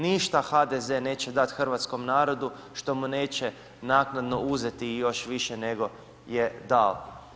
Ništa HDZ neće dati hrvatskom narodu što mu neće naknadno uzeti i još više nego je dao.